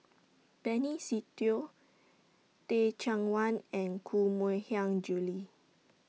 Benny Se Teo Teh Cheang Wan and Koh Mui Hiang Julie